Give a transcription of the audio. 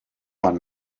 man